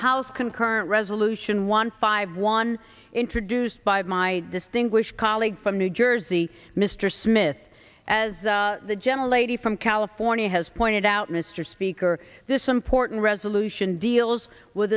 concurrent resolution one five one introduced by my distinguished colleague from new jersey mr smith as the gentle lady from california has pointed out mr speaker this important resolution deals with